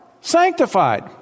sanctified